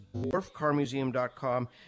dwarfcarmuseum.com